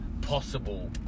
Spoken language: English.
possible